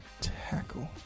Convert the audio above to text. tackle